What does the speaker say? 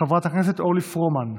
חברת הכנסת אורלי פרומן,